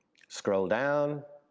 scroll down